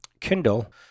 Kindle